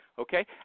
Okay